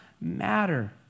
matter